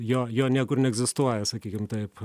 jo jo niekur neegzistuoja sakykim taip